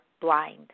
blind